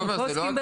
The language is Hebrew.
לוקח.